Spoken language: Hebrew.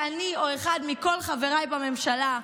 שאני או אחד מכל חבריי בממשלה,